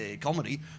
Comedy